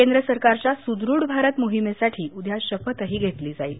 केंद्र सरकारच्या सुदृढ भारत मोहिमेसाठी शपथही घेतली जाईल